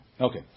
Okay